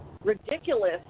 ridiculous